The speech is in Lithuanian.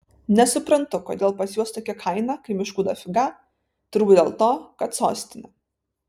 nesuprantu kodėl pas juos tokia kaina kai miškų dafiga turbūt dėl to kad sostinė